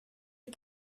est